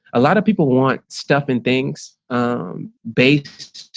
a lot of people want stuff in things based